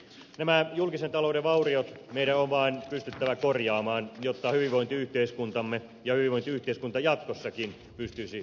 nämä julkisen talouden vauriot meidän on vain pystyttävä korjaamaan jotta hyvinvointiyhteiskuntamme nyt ja jatkossakin pystyisi suoriutumaan